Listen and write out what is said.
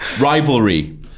rivalry